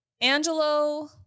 Angelo